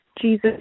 Jesus